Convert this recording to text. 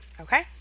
okay